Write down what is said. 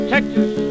Texas